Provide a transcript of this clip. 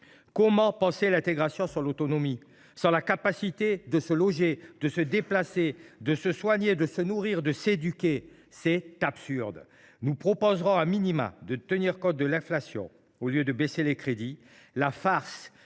Comment penser l’intégration sans l’autonomie, sans la capacité de se loger, de se déplacer, de se soigner, de se nourrir, de s’éduquer ? C’est absurde ! Nous proposerons de tenir compte de l’inflation au lieu de baisser ces crédits.